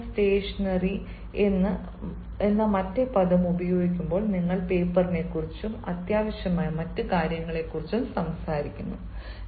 എന്നാൽ നിങ്ങൾ സ്റ്റേഷനറി ഉപയോഗിക്കുമ്പോൾ നിങ്ങൾ പേപ്പറിനെക്കുറിച്ചും ആവശ്യമായ മറ്റ് കാര്യങ്ങളെക്കുറിച്ചും സംസാരിക്കുന്നു